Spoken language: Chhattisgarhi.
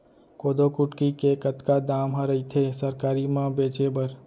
कोदो कुटकी के कतका दाम ह रइथे सरकारी म बेचे बर?